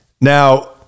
now